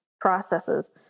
processes